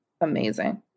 amazing